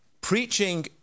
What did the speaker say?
preaching